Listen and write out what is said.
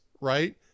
right